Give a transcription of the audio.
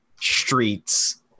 streets